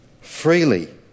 Freely